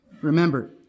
remember